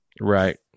Right